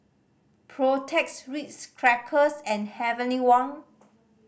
Protex Ritz Crackers and Heavenly Wang